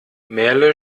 merle